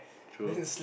true